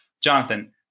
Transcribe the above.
Jonathan